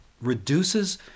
reduces